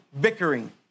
bickering